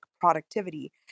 productivity